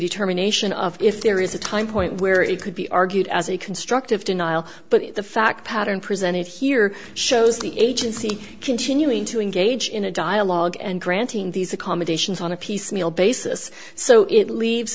determination of if there is a time point where it could be argued as a constructive denial but the fact pattern presented here shows the agency continuing to engage in a dialogue and granting these accommodations on a piecemeal basis so it leaves